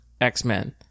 X-Men